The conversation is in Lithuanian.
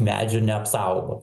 medžių neapsaugo